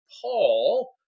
Paul